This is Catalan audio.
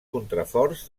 contraforts